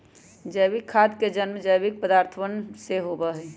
जैविक खाद के जन्म जैविक पदार्थवन से होबा हई